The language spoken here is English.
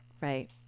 Right